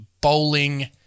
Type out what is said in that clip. bowling